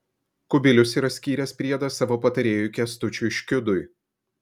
kubilius yra skyręs priedą savo patarėjui kęstučiui škiudui